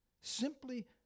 simply